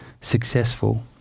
successful